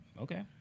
Okay